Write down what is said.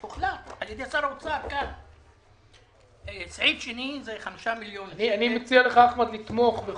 הוחלט על חמישה מיליון שקל לתאונות עבודה